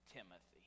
Timothy